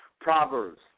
Proverbs